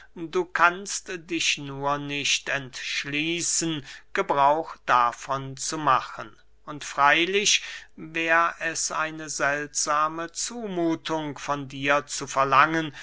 du kannst dich nur nicht entschließen gebrauch davon zu machen und freylich wär es eine seltsame zumuthung von dir zu verlangen